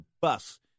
bus